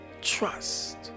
trust